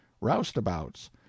roustabouts